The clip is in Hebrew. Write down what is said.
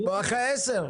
או אחרי עשר.